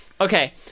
Okay